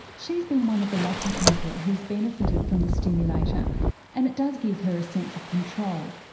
she's been one of the lucky people who's benefited from the stimulator and it does give her a sense of control.